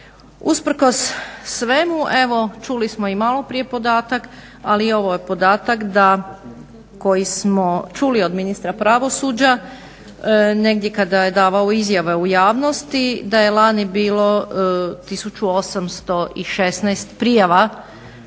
Usprkos svemu evo čuli smo i maloprije podatak, ali i ovo je podatak koji smo čuli od ministra pravosuđa negdje kada je davao izjave u javnosti da je lani bilo 1816 prijava